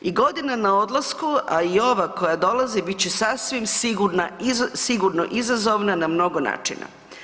I godina na odlasku, a i ova koja dolazi bit će sasvim sigurno izazovna na mnogo načina.